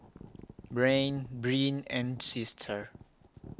Breanne Bryn and Sister